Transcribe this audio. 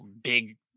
big